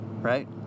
Right